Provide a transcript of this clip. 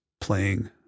playing